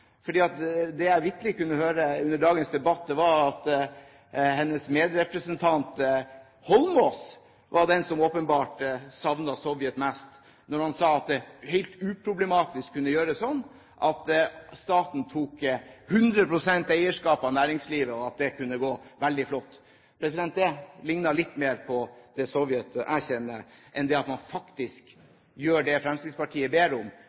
det jeg vitterlig kunne høre under dagens debatt, var at hennes medrepresentant Holmås var den som åpenbart savnet Sovjet mest, når han sa at det helt uproblematisk kunne gjøres slik at staten tok 100 pst. eierskap i næringslivet, og at det kunne gå veldig flott. Det ligner litt mer på det Sovjet jeg kjenner, enn det Fremskrittspartiet ber om, nemlig at man